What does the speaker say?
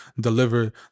deliver